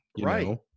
Right